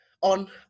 On